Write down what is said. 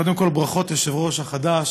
קודם כול, ברכות ליושב-ראש החדש,